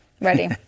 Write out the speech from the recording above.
Ready